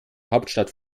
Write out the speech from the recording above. hauptstadt